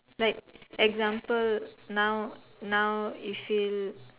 like example now now you feel